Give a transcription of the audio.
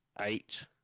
eight